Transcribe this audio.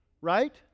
Right